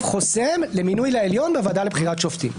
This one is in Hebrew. חוסם למינוי לעליון בוועדה לבחירת שופטים.